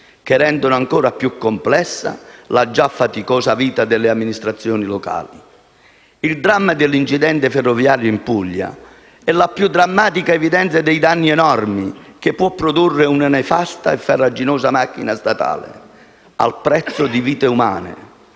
che rendono ancora più complessa la già faticosa vita delle amministrazioni locali. Il dramma dell'incidente ferroviario in Puglia è la più drammatica evidenza dei danni enormi che può produrre una nefasta e farraginosa macchina statale, al prezzo di vite umane.